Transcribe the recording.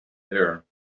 there